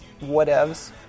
whatevs